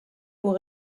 pour